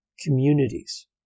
communities